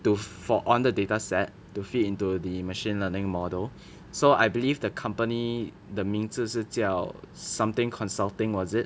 to for all the data set to fit into the machine learning model so I believe the company the 名字是叫 something consulting was it